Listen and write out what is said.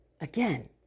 again